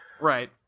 Right